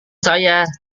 saya